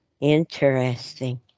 Interesting